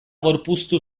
gorpuztu